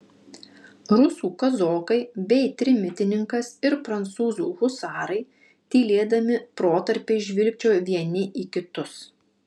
rusų kazokai bei trimitininkas ir prancūzų husarai tylėdami protarpiais žvilgčiojo vieni į kitus